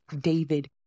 David